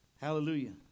hallelujah